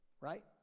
right